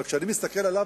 אבל כשאני מסתכל עליו,